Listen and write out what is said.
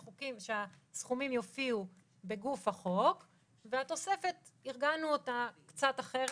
שהסכומים יופיעו בגוף החוק ואת התוספת ארגנו קצת אחרת.